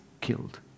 killed